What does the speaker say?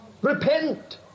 Repent